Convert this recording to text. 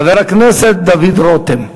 חבר הכנסת דוד רותם.